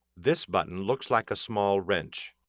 this button looks like a small wrench.